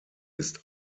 ist